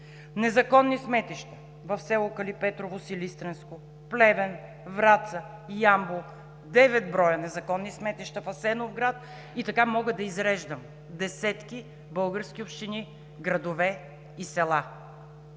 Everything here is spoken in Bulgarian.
незаконни сметища в село Калипетрово – Силистренско, Плевен, Враца, Ямбол, девет броя незаконни сметища в Асеновград и така мога да изреждам десетки български общини, градове и села